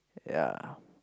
ya